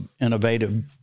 innovative